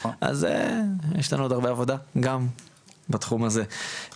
אז יש לנו עוד הרבה עבודה, גם בתחום הזה.